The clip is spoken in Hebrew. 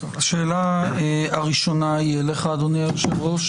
השאלה הראשונה היא אליך, אדוני היושב-ראש.